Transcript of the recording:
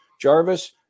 Jarvis